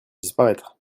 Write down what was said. disparaître